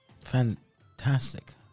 Fantastic